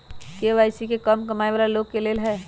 KYC का कम कमाये वाला लोग के लेल है?